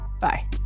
bye